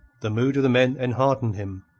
the mood of the men enheartened him.